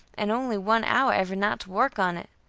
and only one hour every night to work on it,